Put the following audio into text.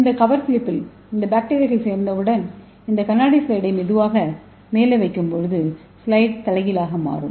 இந்த கவர் ஸ்லிப்பில் இந்த பாக்டீரியாக்களைச் சேர்த்தவுடன் இந்த கண்ணாடி ஸ்லைடை மெதுவாக மேலே வைத்து ஸ்லைடைத் தலைகீழாக மாற்றவும்